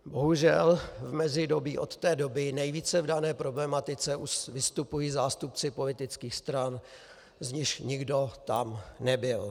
Bohužel v mezidobí od té doby nejvíce v dané problematice vystupují zástupci politických stran, z nichž nikdo tam nebyl.